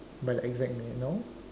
by the exact minute no